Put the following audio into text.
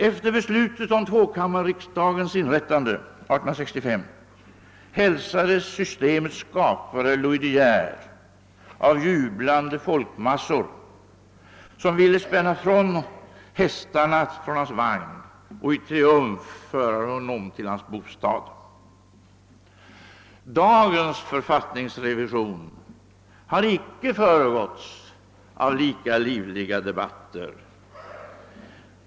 Efter beslutet om tvåkammarriksdagens inrättande 1865 hälsades systemets skapare Louis De Geer av jublande folkmassor, som ville spänna från hästarna från hans vagn och i triumf föra honom till hans bostad. Dagens författningsrevision har icke föregåtts av lika livliga debatter.